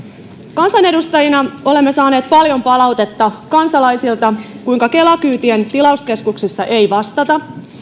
kansanedustajina olemme saaneet paljon palautetta kansalaisilta kuinka kela kyytien tilauskeskuksissa ei vastata